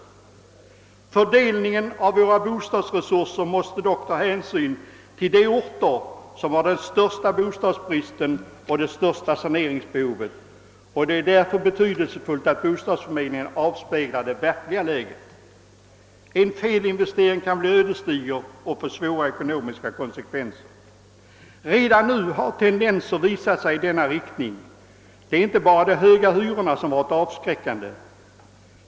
Vid fördelningen av våra bostadsresurser måste man dock ta hänsyn till de orter, som har den största bostadsbristen och det största saneringsbehovet, och därför är det betydelsefullt att bostadsförmedlingarna avspeglar det verkliga läget. En felinvestering kan bli ödesdiger och få svåra ekonomiska konsekvenser. Redan nu har tendenser i denna riktning visat sig. Det är inte bara de höga hyrorna som varit avskräckande.